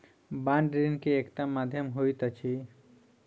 bond ऋण के एकटा माध्यम होइत अछि